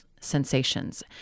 sensations